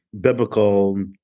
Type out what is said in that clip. biblical